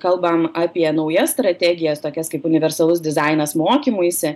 kalbam apie naujas strategijas tokias kaip universalus dizainas mokymuisi